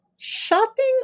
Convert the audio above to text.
shopping